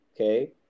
Okay